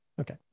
okay